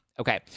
Okay